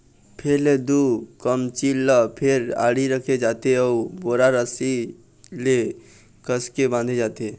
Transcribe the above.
फेर ले दू कमचील ल फेर आड़ी रखे जाथे अउ बोरा रस्सी ले कसके बांधे जाथे